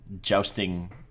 jousting